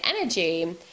energy